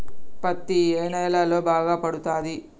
పత్తి ఏ నేలల్లో బాగా పండుతది?